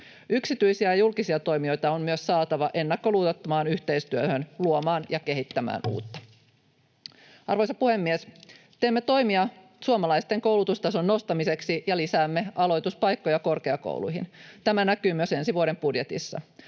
Yksityisiä ja julkisia toimijoita on myös saatava ennakkoluulottomaan yhteistyöhön luomaan ja kehittämään uutta. Arvoisa puhemies! Teemme toimia suomalaisten koulutustason nostamiseksi, ja lisäämme aloituspaikkoja korkeakouluihin. Tämä näkyy myös ensi vuoden budjetissa.